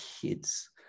kids